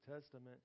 Testament